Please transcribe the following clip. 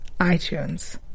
iTunes